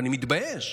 ואני מתבייש.